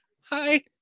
hi